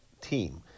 team